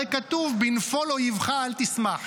הרי כתוב "בנפול אויבך, אל תשמח".